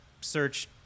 search